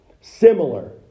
Similar